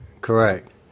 correct